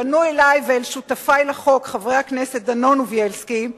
פנו אלי ואל שותפי לחוק, חברי הכנסת דנון ובילסקי,